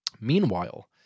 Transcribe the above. Meanwhile